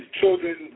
children